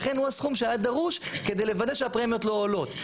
לכן הוא הסכום שהיה דרוש כדי לוודא שהפרמיות לא עולות.